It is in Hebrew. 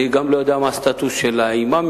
אני גם לא יודע מה הסטטוס של האימאמים.